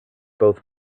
both